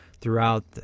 throughout